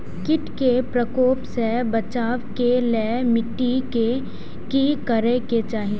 किट के प्रकोप से बचाव के लेल मिटी के कि करे के चाही?